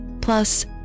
plus